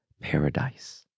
paradise